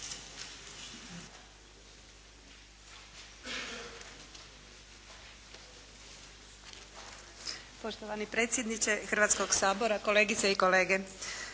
Poštovani predsjedniče Hrvatskog sabora, kolegice i kolege.